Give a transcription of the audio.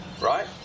right